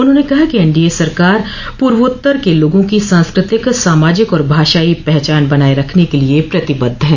उन्होंने कहा कि एनडीए सरकार पूर्वोत्तर के लोगों की सांस्कृतिक सामाजिक और भाषायी पहचान बनाये रखने के लिए प्रतिबद्ध है